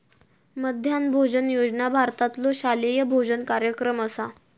मध्यान्ह भोजन योजना भारतातलो शालेय भोजन कार्यक्रम असा